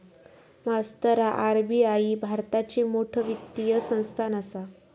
मास्तरा आर.बी.आई भारताची मोठ वित्तीय संस्थान आसा